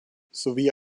sowie